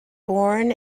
born